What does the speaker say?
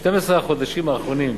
ב-12 החודשים האחרונים,